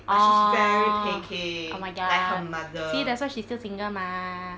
orh oh my god see that's why she's still single mah